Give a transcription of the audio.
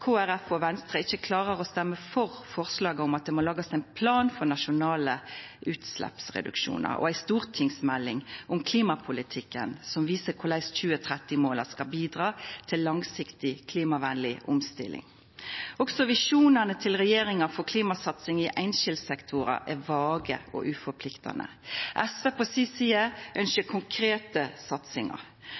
Folkeparti og Venstre ikkje klarer å stemma for forslaget om at det må lagast ein plan for nasjonale utsleppsreduksjonar og ei stortingsmelding om klimapolitikken som viser korleis 2030-måla skal bidra til langsiktig klimavenleg omstilling. Også visjonane til regjeringa for klimasatsing i einskildsektorar er vage og uforpliktande. SV ønskjer på si side konkrete satsingar.